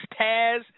Taz